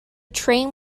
train